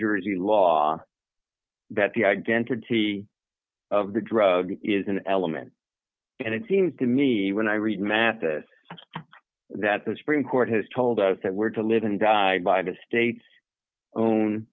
jersey law that the identity of the drug is an element and it seems to me when i read mathis that the supreme court has told us that we're to live and die by the state's own